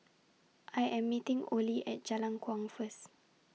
I Am meeting Olie At Jalan Kuang First